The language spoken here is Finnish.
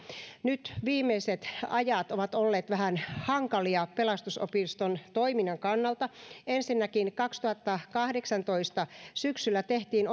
nyt viimeiset ajat ovat olleet vähän hankalia pelastusopiston toiminnan kannalta ensinnäkin kaksituhattakahdeksantoista syksyllä tehtiin